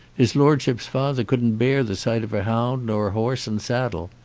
his lordship's father couldn't bear the sight of a hound nor a horse and saddle.